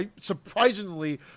surprisingly